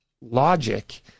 logic